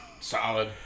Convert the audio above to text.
solid